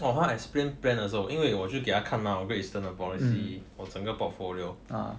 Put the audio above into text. !wah! 他 explain plan 的时候因为我就给他看 mah great eastern 的 policy 我的整个 portfolio ah